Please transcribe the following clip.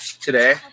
today